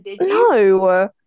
no